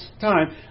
time